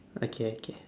okay okay